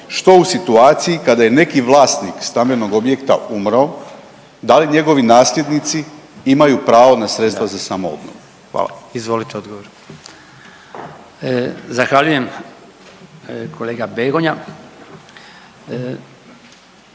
što u situaciji kada je neki vlasnik stambenog objekta umro, da li njegovi nasljednici imaju pravo na sredstva za samoobnovu. Hvala. **Jandroković, Gordan